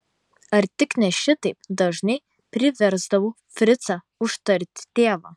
ar tik ne šitaip dažnai priversdavau fricą užtarti tėvą